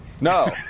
No